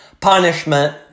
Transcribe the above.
punishment